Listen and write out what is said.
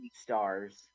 stars